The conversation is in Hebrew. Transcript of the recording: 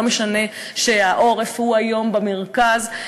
לא משנה שהעורף הוא היום במרכז.